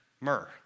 myrrh